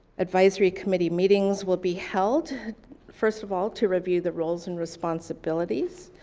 advisory committee meetings will be held first of all to review the roles and responsibilities.